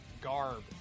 garb